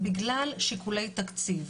בגלל שיקולי תקציב.